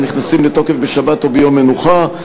הנכנסים לתוקף בשבת או ביום מנוחה.